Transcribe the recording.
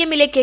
എമ്മിലെ കെ